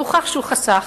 והוכח שהוא חסך,